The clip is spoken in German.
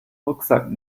rucksack